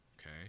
okay